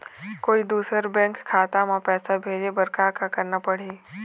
कोई दूसर बैंक खाता म पैसा भेजे बर का का करना पड़ही?